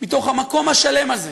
מתוך המקום השלם הזה,